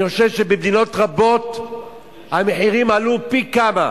אני חושב שבמדינות רבות המחירים עלו פי כמה,